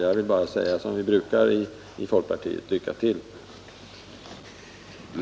Jag kan bara säga som vi brukar i folkpartiet: Lycka till!